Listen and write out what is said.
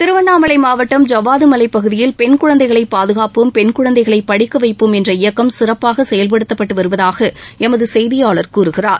திருவண்ணாமலை மாவட்டம் ஜவ்வாது மலைப் பகுதியில் பெண் குழந்தைகளை பாதுகாப்போம் பெண் குழந்தைகளை படிக்க வைப்போம் என்ற இயக்கம் சிறப்பாக செயல்படுத்தப்பட்டு வருவதாக எமது செய்தியாளர் கூறுகிறார்